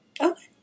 Okay